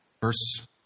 verse